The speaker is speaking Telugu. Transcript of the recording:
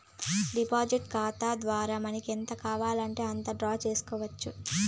డిపాజిట్ ఖాతా ద్వారా మనకి ఎంత కావాలంటే అంత డ్రా చేసుకోవచ్చు